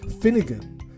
Finnegan